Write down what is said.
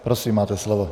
Prosím, máte slovo.